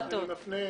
בבקשה.